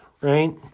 right